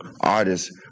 artists